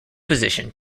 position